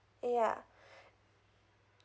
ya